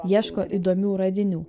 ieško įdomių radinių